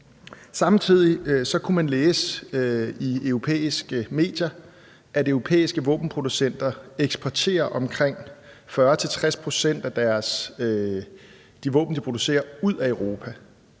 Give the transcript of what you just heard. Samtidig kunne man læse i europæiske medier, at europæiske våbenproducenter eksporterer omkring 40-60 pct. af de våben, de producerer, ud af Europa.